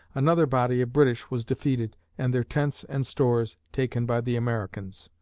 another body of british was defeated and their tents and stores taken by the americans.